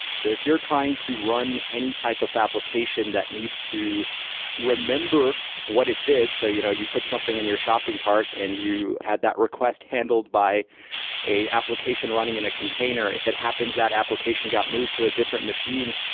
so if you're trying to run any type of application that needs to remember what it did, so you know you put something in your shopping cart and you had that request handled by an application running in a container. if it happens that application got moved to a different machine,